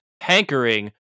hankering